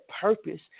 purpose